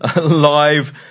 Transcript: live